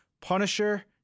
Punisher